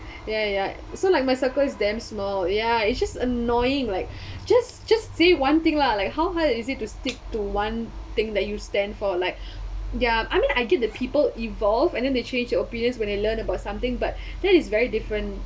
ya ya so like my circle is damn small ya it's just annoying like just just say one thing lah like how hard is it to stick to one thing that you stand for like ya I mean I get the people evolved and then they change the opinions when they learn about something but that is very different